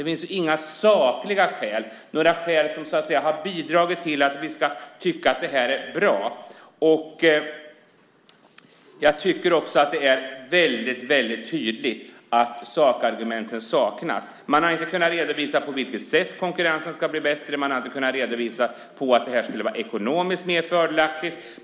Det finns ju inga sakliga skäl, ingenting som kan bidra till att vi ska tycka att utförsäljning är bra. Jag tycker att det är väldigt tydligt att sakargumenten saknas. Man har inte kunnat redovisa på vilket sätt konkurrensen ska bli bättre. Man har inte kunnat redovisa att det blir ekonomiskt mer fördelaktigt.